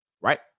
Right